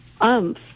umph